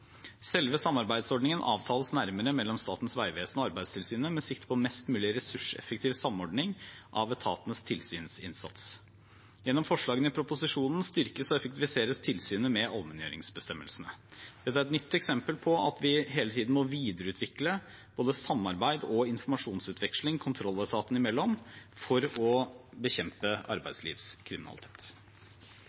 Selve samarbeidsordningen avtales nærmere mellom Statens vegvesen og Arbeidstilsynet, med sikte på en mest mulig ressurseffektiv samordning av etatenes tilsynsinnsats. Gjennom forslagene i proposisjonen styrkes og effektiviseres tilsynet med allmenngjøringsbestemmelsene. Dette er et nytt eksempel på at vi hele tiden må videreutvikle både samarbeid og informasjonsutveksling kontrolletatene imellom for å bekjempe arbeidslivskriminalitet.